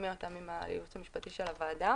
נטמיע אותם עם הייעוץ המשפטי של הוועדה,